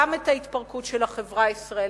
גם את ההתפרקות של החברה הישראלית.